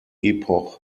epoch